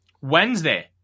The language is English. Wednesday